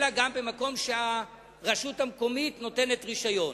אלא גם במקום שהרשות המקומית נותנת רשיון.